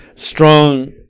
Strong